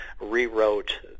rewrote